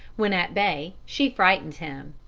when at bay she frightened him.